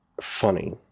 funny